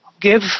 give